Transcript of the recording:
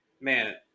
man